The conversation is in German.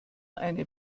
eine